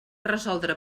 resoldre